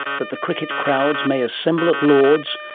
that the cricket crowds may assemble at lords,